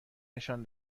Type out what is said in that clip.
نشان